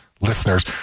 listeners